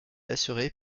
assurée